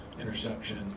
interception